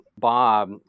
Bob